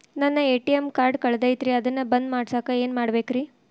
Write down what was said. ನನ್ನ ATM card ಕಳದೈತ್ರಿ ಅದನ್ನ ಬಂದ್ ಮಾಡಸಾಕ್ ಏನ್ ಮಾಡ್ಬೇಕ್ರಿ?